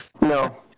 No